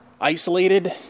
isolated